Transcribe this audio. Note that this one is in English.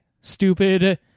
stupid